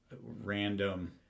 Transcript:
random